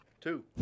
Two